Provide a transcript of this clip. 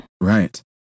Right